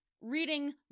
reading